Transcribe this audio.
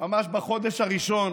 זו התנהלות,